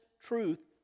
truth